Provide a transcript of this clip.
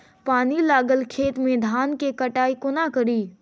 पानि लागल खेत मे धान केँ कटाई कोना कड़ी?